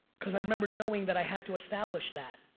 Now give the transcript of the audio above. cause i remember knowing that i had to establish that.